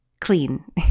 clean